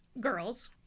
girls